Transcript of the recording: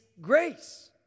grace